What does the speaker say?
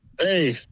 Hey